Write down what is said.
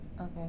Okay